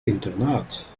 internaat